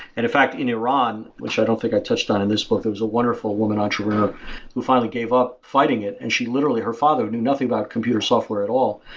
and in fact in iran, which i don't think i touched on in this book. there was a wonderful woman entrepreneur who finally gave up fighting it and she literally her father knew nothing about computer software at all.